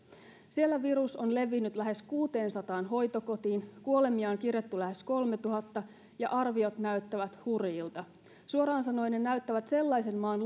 siellä virus on levinnyt lähes kuuteensataan hoitokotiin kuolemia on kirjattu lähes kolmetuhatta ja arviot näyttävät hurjilta suoraan sanoen ne näyttävät sellaisen maan